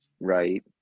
Right